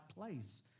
place